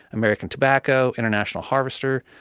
american tobacco, international harvester,